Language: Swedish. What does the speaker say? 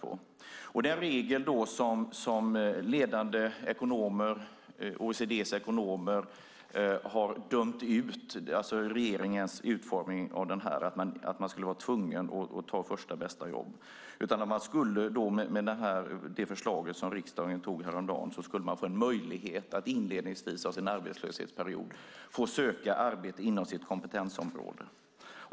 Det är en regel som ledande ekonomer, OECD:s ekonomer, har dömt ut, alltså regeringens utformning av regeln som innebar att man skulle vara tvungen att ta första bästa jobb. Med det förslag som riksdagen beslutat om har man möjlighet att under inledningen av sin arbetslöshetsperiod söka arbete inom sitt kompetensområde.